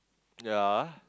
ya